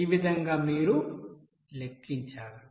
ఈ విధంగా మీరు లెక్కించాలి